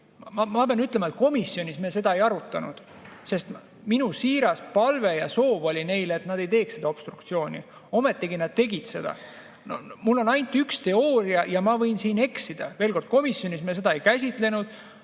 Ma pean ütlema, et komisjonis me seda ei arutanud, sest minu siiras palve ja soov neile oli, et nad ei teeks seda obstruktsiooni. Ometigi nad teevad seda. Mul on ainult üks teooria ja ma võin siin eksida. Veel kord: komisjonis me seda ei käsitlenud.